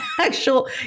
actual